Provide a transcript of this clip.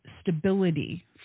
stability